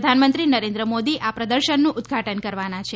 પ્રધાનમંત્રી નરેન્દ્ર મોદી આ પ્રદંશનનું ઉદઘાટન કરવાના છે